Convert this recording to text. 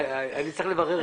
אשם.